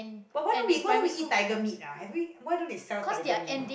but what do we what do we eat tiger meat ah have we why do they sell tiger meat